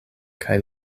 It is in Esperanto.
kaj